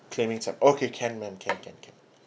claiming tab okay can ma'am can can can